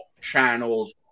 channels